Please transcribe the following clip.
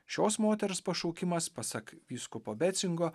šios moters pašaukimas pasak vyskupo becingo